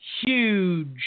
huge